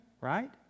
right